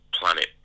Planet